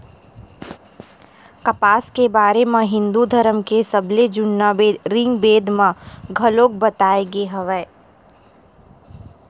कपसा के बारे म हिंदू धरम के सबले जुन्ना बेद ऋगबेद म घलोक बताए गे हवय